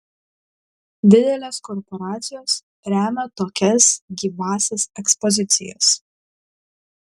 didelės korporacijos remia tokias gyvąsias ekspozicijas